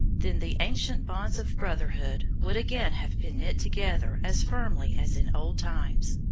then the ancient bonds of brotherhood would again have been knit together as firmly as in old times.